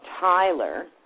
Tyler